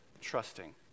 trusting